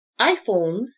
iPhones